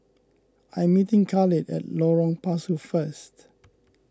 I'm meeting Khalid at Lorong Pasu first